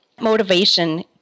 Motivation